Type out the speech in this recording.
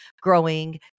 growing